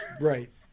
Right